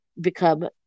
become